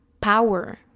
power